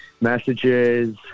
messages